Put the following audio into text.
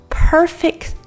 perfect